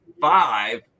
five